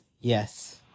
Yes